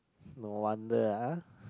no wonder ah